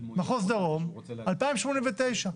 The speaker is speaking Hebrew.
מחוז דרום, 2089,